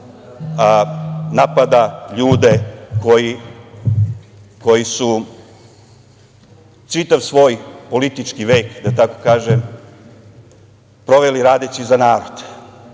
napada ljude koji su čitav svoj politički vek, da tako kažem, proveli radeći za narod. Tu